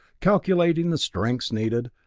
calculating the strengths needed,